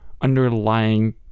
underlying